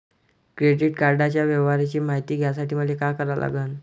Credit कार्डाच्या व्यवहाराची मायती घ्यासाठी मले का करा लागन?